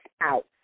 out